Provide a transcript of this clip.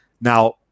Now